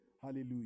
Hallelujah